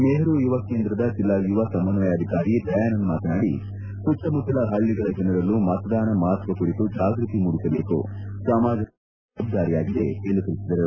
ನೆಹರು ಯುವ ಕೇಂದ್ರದ ಜಿಲ್ಲಾ ಯುವ ಸಮನ್ವಯಾಧಿಕಾರಿ ದಯಾನಂದ್ ಮಾತನಾಡಿ ಸುತ್ತಮುತ್ತಲ ಹಳ್ಳಿಗಳ ಜನರಲ್ಲೂ ಮತದಾನ ಮಹತ್ವ ಕುರಿತು ಜಾಗೃತಿ ಮೂಡಿಸಬೇಕು ಸಮಾಜ ಪರಿವರ್ತನೆ ಎಲ್ಲರ ಜವಾಬ್ದಾರಿಯಾಗಿದೆ ಎಂದು ತಿಳಿಸಿದರು